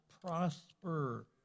prosper